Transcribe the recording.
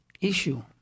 issue